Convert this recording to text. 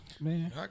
man